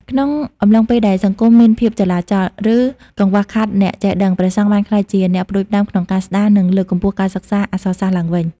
ក្នុងអំឡុងពេលដែលសង្គមមានភាពចលាចល ឬកង្វះខាតអ្នកចេះដឹង ព្រះសង្ឃបានក្លាយជាអ្នកផ្ដួចផ្ដើមក្នុងការស្តារ និងលើកកម្ពស់ការសិក្សាអក្សរសាស្ត្រឡើងវិញ។